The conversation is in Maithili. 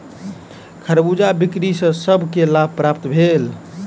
खरबूजा बिक्री सॅ सभ के लाभ प्राप्त भेल